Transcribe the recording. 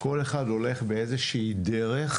כל אחד הולך באיזושהי דרך